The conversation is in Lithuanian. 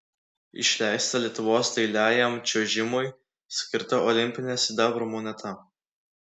išleista lietuvos dailiajam čiuožimui skirta olimpinė sidabro moneta